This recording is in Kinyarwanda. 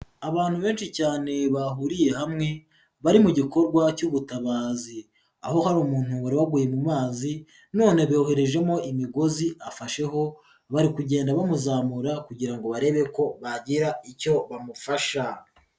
Abantu benshi cyane bahuriye hamwe bari mu gikorwa cy'ubutabazi, aho hari umuntu wari waguye mu mazi none yoherejemo imigozi afasheho bari kugenda bamuzamura kugira ngo barebe ko bagira icyo bamufasha.